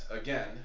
again